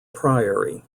priory